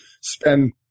spend